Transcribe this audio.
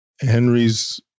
Henry's